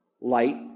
light